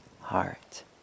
heart